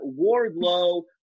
Wardlow